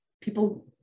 people